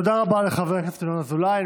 תודה רבה לחבר הכנסת ינון אזולאי.